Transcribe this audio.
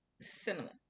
Cinnamon